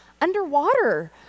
underwater